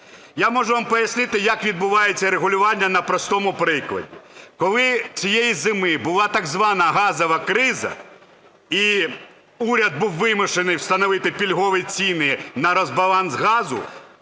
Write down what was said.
Я можу вам пояснити, як відбувається регулювання на простому прикладі. Коли цієї зими була так звана газова криза і уряд був вимушений встановити пільгові ціни на розбаланс газу